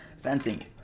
fencing